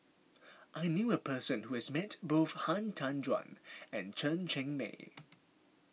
I knew a person who has met both Han Tan Juan and Chen Cheng Mei